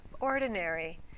ordinary